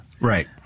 Right